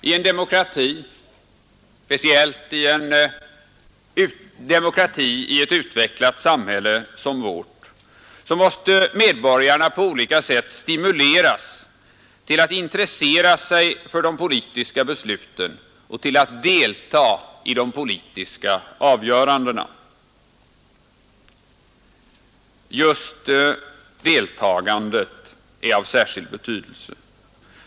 I en demokrati — och speciellt en demokrati i ett utvecklat samhälle som vårt — måste medborgarna på olika sätt stimuleras att intressera sig för de politiska besluten och till att delta i de politiska avgörandena. Just deltagandet är av särskild betydelse.